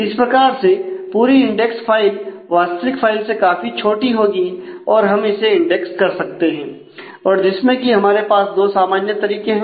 इस प्रकार से पूरी इंडेक्स फाइल वास्तविक फाइल से काफी छोटी होगी और हम इसे इंडेक्स कर सकते हैं और जिसमें कि हमारे पास दो सामान्य तरीके हैं